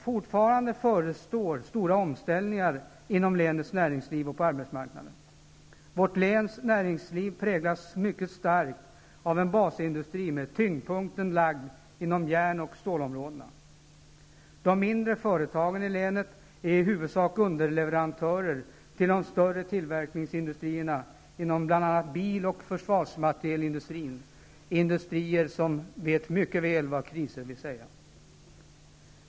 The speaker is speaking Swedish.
Fortfarande förestår stora omställningar inom länets näringsliv och på arbetsmarknaden. Vårt läns näringsliv präglas mycket starkt av en basindustri med tyngdpunkten lagd inom järn och stålområdet. De mindre företagen i länet är i huvudsak underleverantörer till de större tillverkningsindustrierna inom bl.a. bil och försvarsmatrielindustrin. Det är industrier som mycket väl vet vad kriser vill säga.